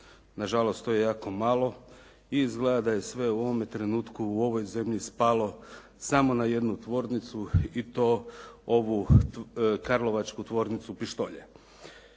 nažalost to je jako malo i izgleda da je sve u ovome trenutku u ovoj zemlji spalo samo na jednu tvornicu i to ovu Karlovačku tvornicu pištolja.